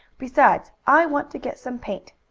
besides, i want to get some paint.